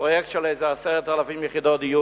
פרויקט של איזה 10,000 יחידות דיור